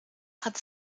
hat